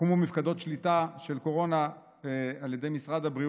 הוקמו מפקדות שליטה של קורונה על ידי משרד הבריאות,